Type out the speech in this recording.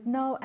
no